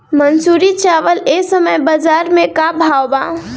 मंसूरी चावल एह समय बजार में का भाव बा?